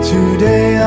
Today